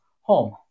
home